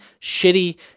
shitty